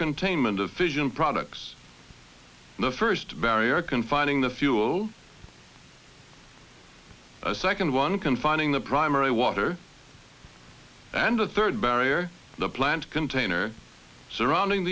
containment of fission products the first barrier confining the fuel a second one can finding the primary water and a third barrier the plant container surrounding